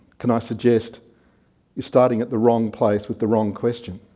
can i suggest you're starting at the wrong place with the wrong question.